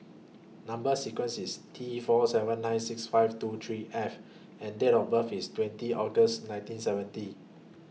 Number sequence IS T four seven nine six five two three F and Date of birth IS twenty August nineteen seventy